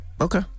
Okay